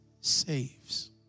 saves